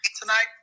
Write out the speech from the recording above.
tonight